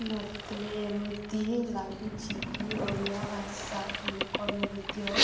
ମୋତେ ଏମିତି ଲାଗୁଛି କି ଓଡ଼ିଆ ଭାଷା ଲୋକ ନୃତ୍ୟ